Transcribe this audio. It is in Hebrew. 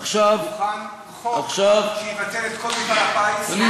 עכשיו, אני מוכן, חוק שיבטל את כל מפעל הפיס.